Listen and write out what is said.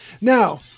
now